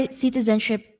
citizenship